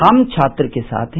हम छात्र के साथ हैं